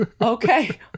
okay